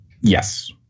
Yes